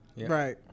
Right